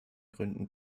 gründen